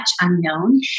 unknown